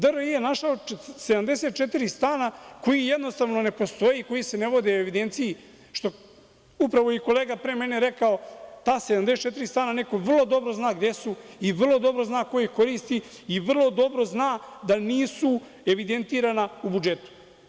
Državna revizorska institucija je našla 74 stana koji jednostavno ne postoje, koji se ne vode u evidenciji, što je upravo kolega pre mene rekao - ta 74 stava neko vrlo dobro zna gde su, vrlo dobro zna ko ih koristi i vrlo dobro zna da nisu evidentirani u budžetu.